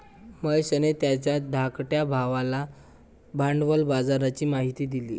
महेशने त्याच्या धाकट्या भावाला भांडवल बाजाराची माहिती दिली